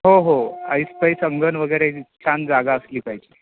हो हो ऐसपेस अंगण वैगरे छान जागा असली पाहिजे